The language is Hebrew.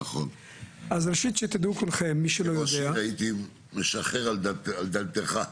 נכון, לעיתים הייתי מחזר על דלתך.